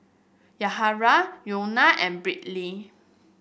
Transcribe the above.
Yahaira Wynona and Brittney